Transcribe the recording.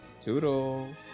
toodles